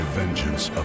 vengeance